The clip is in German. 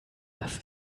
dass